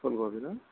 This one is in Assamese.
ফুলকবি ন